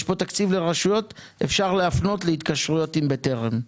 יש פה תקציב לרשויות אפשר להפנות להתקשרויות עם בטרם.